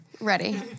Ready